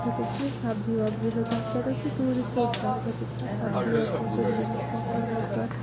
تَتٮ۪ن چھِ أسۍ سبزِی وَبزِی آسان تۄہہِ تَرِ سُہ دُوٗرِ سیٚود سمٕج تَتِؠن چھِ آسان سبزِی وَبزِی کٕنٕنۍ یِمے کۄکَر وۄکَر